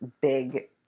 big